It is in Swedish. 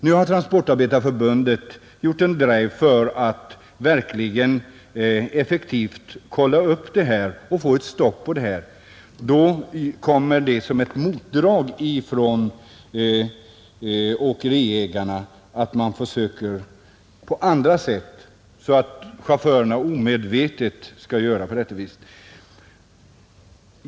Nu har Transportarbetareförbundet gjort en drive för att effektivt sätta stopp för missförhållandena. Som ett motdrag finner då åkeriägarna på andra sätt så att chaufförerna omedvetet skall bryta mot bestämmelserna.